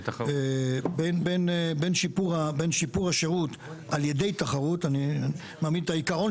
בין שיפור השירות על ידי תחרות אני מעמיד את העיקרון